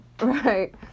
Right